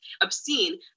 obscene